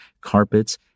carpets